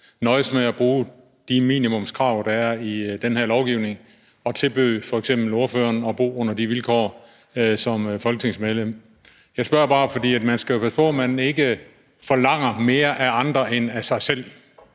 nøjedes med at bruge de minimumskrav, der er i den her lovgivning, og tilbød f.eks. ordføreren at bo under de vilkår som folketingsmedlem. Jeg spørger bare, fordi man jo skal passe på, at man ikke forlanger mere af andre end af sig selv,